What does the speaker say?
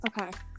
Okay